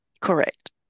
Correct